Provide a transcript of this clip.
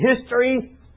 history